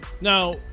Now